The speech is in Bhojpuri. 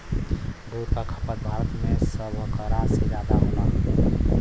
दूध क खपत भारत में सभकरा से जादा होला